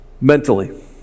Mentally